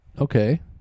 okay